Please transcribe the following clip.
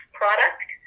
product